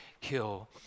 kill